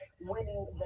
winning